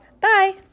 Bye